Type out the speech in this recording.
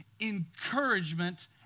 encouragement